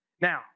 Now